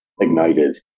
ignited